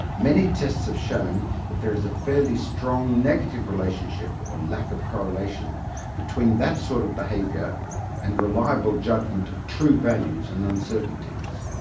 many tests have shown that there is a fairly strong negative relationship or lack of correlation between that sort of behaviour and reliable judgement of true values and uncertainties.